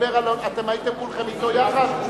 אתם הייתם כולכם אתו יחד?